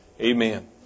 Amen